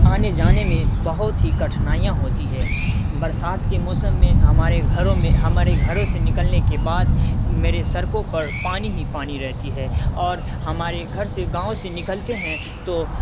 آنے جانے میں بہت ہی کٹھنائیاں ہوتی ہے برسات کے موسم میں ہمارے گھروں میں ہمارے گھروں سے نکلنے کے بعد میرے سرکوں پر پانی ہی پانی رہتی ہے اور ہمارے گھر سے گاؤں سے نکلتے ہیں تو